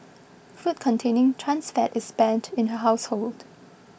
food containing trans fat is banned in her household